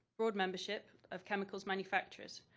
broad membership of chemicals manufacturers.